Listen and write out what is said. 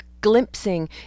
glimpsing